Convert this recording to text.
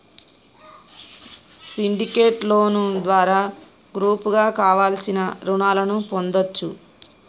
syndicate loan ద్వారా గ్రూపుగా కావలసిన రుణాలను పొందొచ్చు